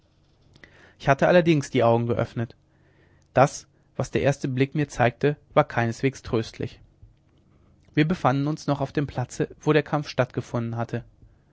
ich hatte allerdings die augen geöffnet das was der erste blick mir zeigte war keineswegs tröstlich wir befanden uns noch auf dem platze wo der kampf stattgefunden hatte